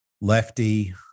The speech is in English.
lefty